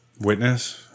Witness